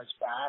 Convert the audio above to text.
back